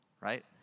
right